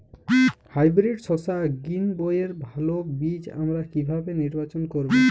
Hybrid শসা গ্রীনবইয়ের ভালো বীজ আমরা কিভাবে নির্বাচন করব?